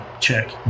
check